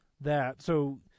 that—so